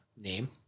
name